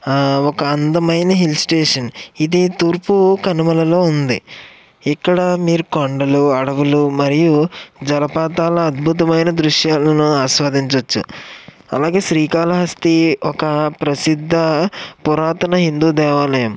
ఒక అందమైన hill station ఇది తూర్పు కనుమలలో ఉంది ఇక్కడ మీరు కొండలు అడవులు మరియు జలపాతాల అద్భుతమైన దృశ్యాలను ఆశీర్వదించొచ్చు అలాగే శ్రీకాళహస్తి ఒక ప్రసిద్ధ పురాతన హిందూ దేవాలయం